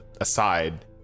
aside